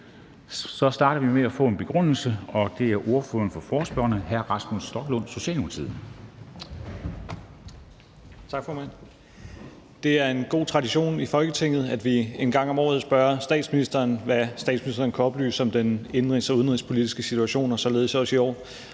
Vi starter med at få en begrundelse, og den er fra ordføreren for forespørgerne, hr. Rasmus Stoklund, Socialdemokratiet. Kl. 09:02 Begrundelse Rasmus Stoklund (S) : Tak, formand. Det er en god tradition i Folketinget, at vi en gang om året spørger statsministeren, hvad statsministeren kan oplyse om den indenrigs- og udenrigspolitiske situation, og det gør vi således også i år.